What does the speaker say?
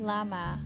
Lama